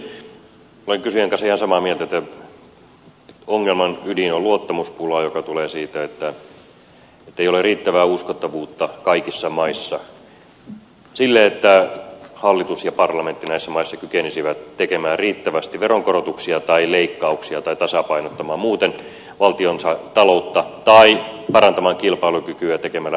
olen kysyjän kanssa ihan samaa mieltä että ongelman ydin on luottamuspula joka tulee siitä ettei ole riittävää uskottavuutta kaikissa maissa että hallitus ja parlamentti näissä maissa kykenisivät tekemään riittävästi veronkorotuksia tai leikkauksia tai tasapainottamaan muuten valtionsa taloutta tai parantamaan kilpailukykyä tekemällä rakenteellisia uudistuksia